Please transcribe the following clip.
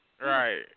Right